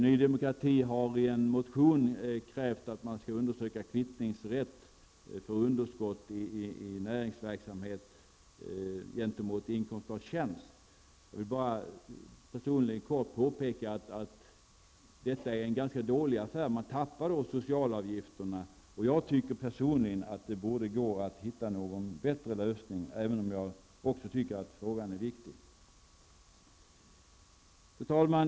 Ny Demokrati kräver i en motion att frågan om kvittningsrätten skall undersökas beträffande underskott i näringsverksamhet gentemot inkomst av tjänst. En personlig liten kommentar är då att det skulle vara en ganska dålig affär. Man skulle då tappa socialavgifterna. För egen del tycker jag att det borde gå att komma fram till en bättre lösning. Jag vill dock understryka att också jag tycker att frågan är viktig.